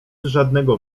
żadnego